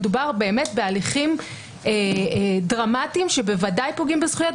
מדובר באמת בהליכים דרמטיים שבוודאי פוגעים בזכויות,